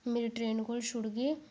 मेरी ट्रेन कोल छुड़गे